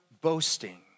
boasting